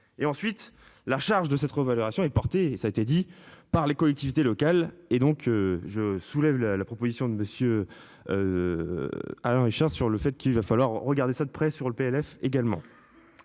Et ensuite la charge de cette revalorisation est portée et ça a été dit par les collectivités locales et donc je soulève la proposition de monsieur. Alain Richard, sur le fait qu'il va falloir regarder ça de près sur le PLS également.